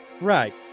Right